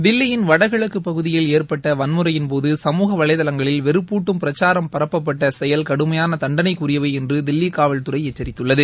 தில்லியின் வடகிழக்குப் பகுதியில் ஏற்பட்ட வன்முறையின் போது சமூக வலைதளங்களில் வெறுப்பூட்டும் பிரச்சாரம் பரப்பப்பட்ட செயல் கடுமையான தண்டனைக்கு உரியவை என்று தில்லி காவல்துறை எச்சரித்துள்ளது